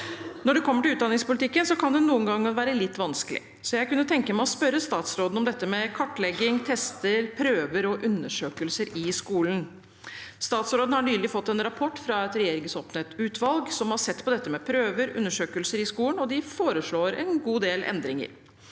Når det gjelder utdanningspolitikken, kan det noen ganger være litt vanskelig. Jeg vil gjerne spørre statsråden om kartlegging, tester, prøver og undersøkelser i skolen. Statsråden har nylig fått en rapport fra et regjeringsoppnevnt utvalg som har sett på prøver og undersøkelser i skolen, og de foreslår en god del endringer.